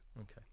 Okay